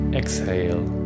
exhale